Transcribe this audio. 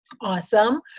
Awesome